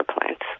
plants